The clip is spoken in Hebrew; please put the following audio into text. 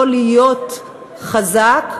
לא להיות חזק.